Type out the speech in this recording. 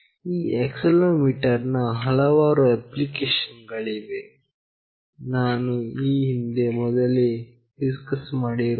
ಈ ಆಕ್ಸೆಲೆರೋಮೀಟರ್ ನ ಹಲವಾರು ಅಪ್ಲಿಕೇಶನ್ ಗಳಿವೆ ನಾನು ಈ ಹಿಂದೆ ಮೊದಲೇ ಡಿಸ್ಕಸ್ ಮಾಡಿರುತ್ತೇನೆ